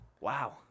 wow